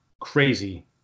crazy